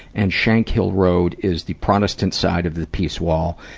and shankill road is the protestant side of the peace wall,